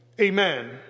Amen